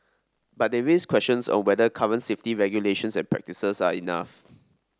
but they raise questions on whether current safety regulations and practices are enough